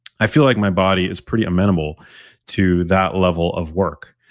i feel like my body is pretty amenable to that level of work.